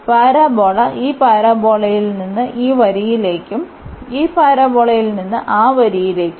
parabola ഈ പാരബോളയിൽ നിന്ന് ഈ വരിയിലേക്കും ഈ പാരബോളയിൽ നിന്ന് ആ വരിയിലേക്കും